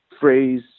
phrase